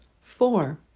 Four